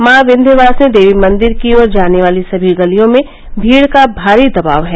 माँ विन्ध्यवासिनी देवी मंदिर की ओर जाने वाली सभी गलियों में भीड का भारी दबाव है